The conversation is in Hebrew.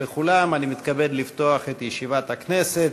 מתכבד לפתוח את ישיבת הכנסת.